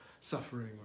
suffering